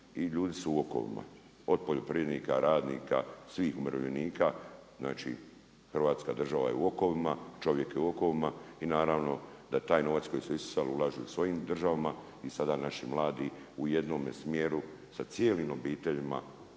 I ljudi su u okovima. Od poljoprivrednika, radnika, svih umirovljenika, znači hrvatska država je u okovima čovjek je u okovima, i naravno da taj novac koji su isisali ulažu u svojim državama i sada naši mladi u jednome smjeru sa cijelim obiteljima